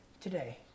today